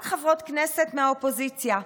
רק חברות כנסת מהאופוזיציה.